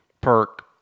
Perk